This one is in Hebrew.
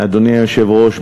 אדוני היושב-ראש,